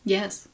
Yes